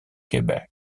québec